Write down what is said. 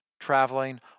traveling